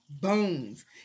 bones